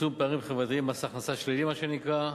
ולצמצום פערים חברתיים (מס הכנסה שלילי) מה שנקרא,